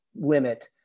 limit